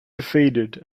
defeated